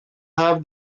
have